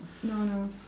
no no